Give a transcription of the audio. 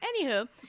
anywho